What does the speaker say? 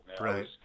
Right